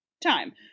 time